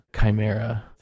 Chimera